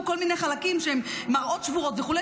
כל מיני חלקים שהם מראות שבורות וכו',